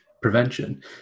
Prevention